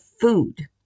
food